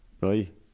Right